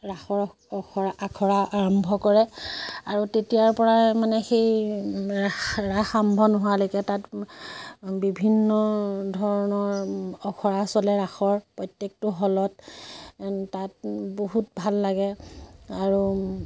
ৰাসৰ অখৰা আখৰা আৰম্ভ কৰে আৰু তেতিয়াৰ পৰাই মানে সেই ৰাস ৰাস আৰম্ভ নোহোৱালৈকে তাত বিভিন্ন ধৰণৰ আখৰা চলে ৰাসৰ প্ৰত্যেকটো হ'লত তাত বহুত ভাল লাগে আৰু